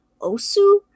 Osu